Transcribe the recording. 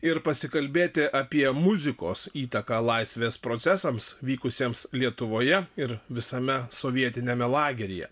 ir pasikalbėti apie muzikos įtaką laisvės procesams vykusiems lietuvoje ir visame sovietiniame lageryje